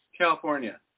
California